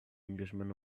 englishman